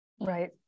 right